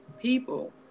people